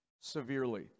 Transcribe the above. severely